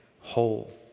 whole